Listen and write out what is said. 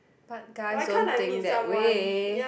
but guys don't think that way